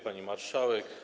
Pani Marszałek!